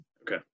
Okay